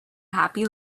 happy